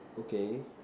okay